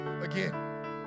again